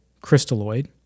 crystalloid